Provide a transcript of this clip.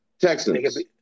Texans